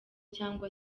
cyangwa